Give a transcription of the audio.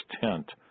tent